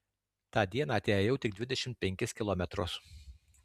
tą dieną teėjau tik dvidešimt penkis kilometrus